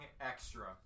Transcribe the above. extra